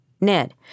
Ned